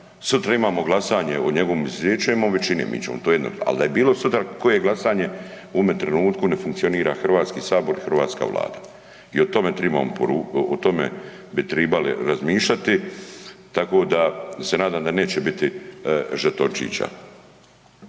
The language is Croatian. Sutra imamo glasanje o njegovom izuzeću imamo većine, mi ćemo to, ali da je bilo sutra koje glasanje u ovome trenutku ne funkcionira Hrvatski sabor i hrvatska Vlada. I o tome bi tribali razmišljati tako da se nadam da neće biti žetončića.